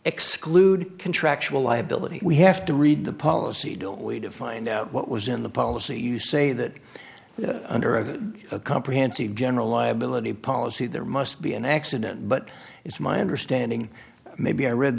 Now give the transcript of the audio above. exclude contractual liability we have to read the policy don't we to find out what was in the policy you say that under a comprehensive general liability policy there must be an accident but it's my understanding maybe i read